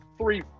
three